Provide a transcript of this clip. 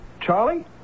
Charlie